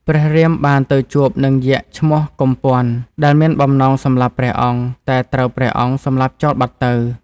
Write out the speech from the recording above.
ព្រះរាមបាន ទៅជួបនឹងយក្សឈ្មោះ កុម្ព័ន្ធ ដែលមានបំណងសម្លាប់ព្រះអង្គ តែត្រូវព្រះអង្គសម្លាប់ចោលបាត់ទៅ។